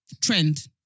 trend